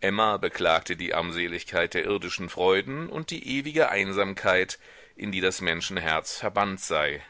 emma beklagte die armseligkeit der irdischen freuden und die ewige einsamkeit in die das menschenherz verbannt sei